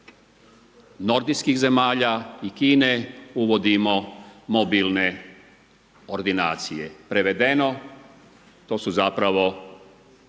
nordijskih zemalja i Kine uvodimo mobilne ordinacije, prevedeno, to su zapravo